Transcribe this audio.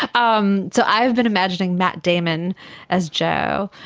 um so i have been imagining matt damon as joe,